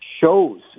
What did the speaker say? shows